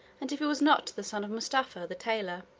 and if he was not the son of mustapha the tailor.